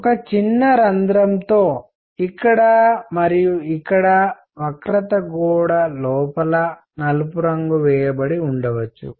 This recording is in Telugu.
ఒక చిన్న రంధ్రం తో ఇక్కడ మరియు ఇక్కడ వక్రత గోడ లోపల నలుపు రంగు వేయబడి ఉండవచ్చు